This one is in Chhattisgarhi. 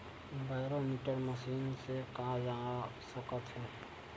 बैरोमीटर मशीन से का जाना जा सकत हे?